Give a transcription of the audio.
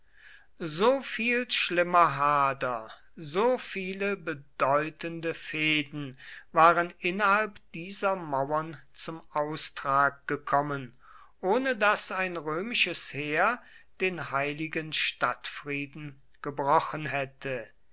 so viel schlimmer hader so viele bedeutende fehden waren innerhalb dieser mauern zum austrag gekommen ohne daß ein römisches heer den heiligen stadtfrieden gebrochen hätte